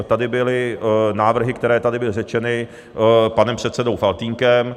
Tady byly návrhy, které tady byly řečeny panem předsedou Faltýnkem.